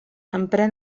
emprèn